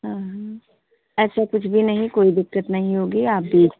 हाँ हाँ ऐसा कुछ भी नहीं है कोई दिक्कत नहीं होगी आप बीज